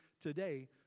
today